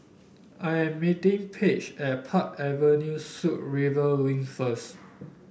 I am meeting Page at Park Avenue Suites River Wing first